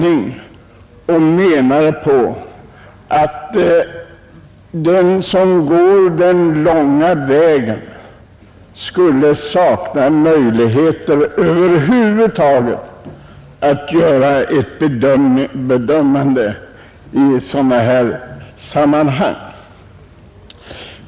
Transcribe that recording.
De menar att den som har gått den långa vägen skulle sakna möjligheter över huvud taget att göra några bedömningar i sådana här sammanhang.